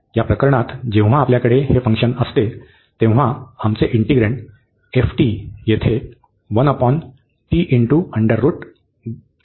या प्रकरणात जेव्हा आपल्याकडे हे फंक्शन असते तेव्हा आमचे इंटिग्रेन्ड येथे होते